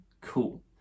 cool